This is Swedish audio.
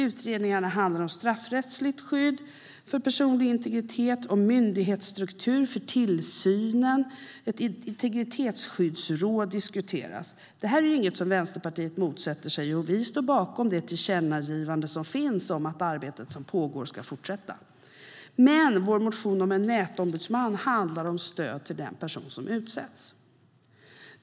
Utredningarna handlar om straffrättsligt skydd för personlig integritet och en myndighetsstruktur för tillsynen. Ett integritetsskyddsråd diskuteras. Det här är inget som Vänsterpartiet motsätter sig. Vi står bakom det tillkännagivande som finns om att det arbete som pågår ska fortsätta. Men vår motion om en nätombudsman handlar om stöd till den person som utsätts.